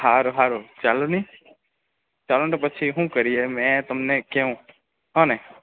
હારું હારું ચાલુની ચાલુની તો પછી હું કરીએ મેં તમને કેવ હોને